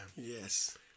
Yes